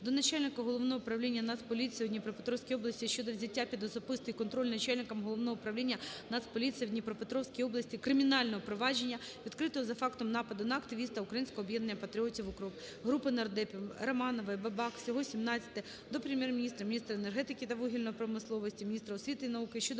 до начальника Головного управління Нацполіції у Дніпропетровській області щодо взяття під особистий контроль начальником Головного управління Нацполіції в Дніпропетровській області кримінального провадження, відкритого за фактом нападу на активіста Українського об'єднання патріотів "УКРОП". Групи нардепів (Романової, Бабак, всього 17) до Прем'єр-міністра України, міністра енергетики та вугільної промисловості, міністра освіти і науки